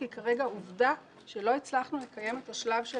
כי כרגע עובדה שלא הצלחנו לקיים את השלב של